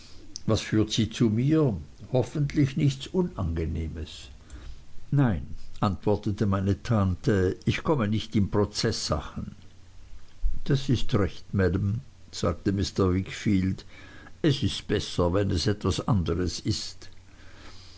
was führt sie zu mir nichts unangenehmes hoffentlich nein antwortete meine tante ich komme nicht in prozeßsachen das ist recht maam sagte mr wickfield es ist besser wenn es etwas anderes ist